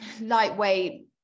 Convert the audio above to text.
lightweight